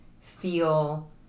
feel